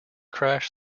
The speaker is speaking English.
crash